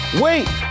Wait